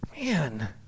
Man